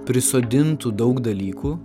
prisodintų daug dalykų